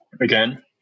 again